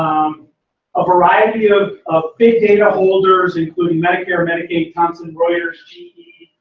a variety of of big data holders, including medicare medicaid, thompson, reuters, ge,